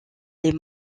les